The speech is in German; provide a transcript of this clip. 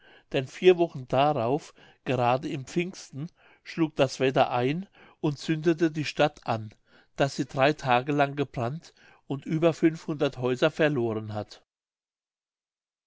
denn vier wochen darauf gerade im pfingsten schlug das wetter ein und zündete die stadt an daß sie drei tage lang gebrannt und über häuser verloren hat